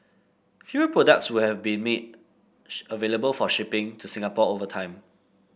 fewer products will have been made available for shipping to Singapore over time